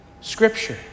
Scripture